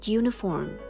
uniform